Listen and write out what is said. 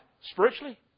spiritually